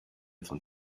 von